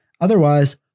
Otherwise